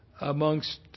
amongst